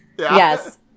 Yes